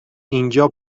اینجا